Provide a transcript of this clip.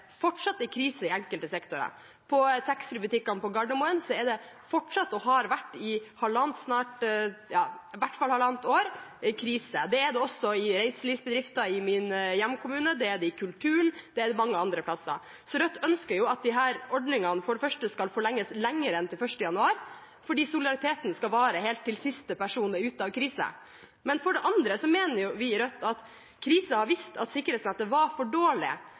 fortsatt er krise i enkelte sektorer. På taxfree-butikkene på Gardermoen er det fortsatt – og har vært i hvert fall halvannet år – krise. Det er det også i reiselivsbedrifter i min hjemkommune. Det er det innenfor kulturen og mange andre sektorer. Rødt ønsker at disse ordningene for det første skal forlenges lenger enn til 1. januar, fordi solidariteten skal vare helt til siste person er ute av krise. For det andre mener vi i Rødt at krisen har vist at sikkerhetsnettet var for dårlig,